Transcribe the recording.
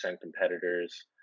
competitors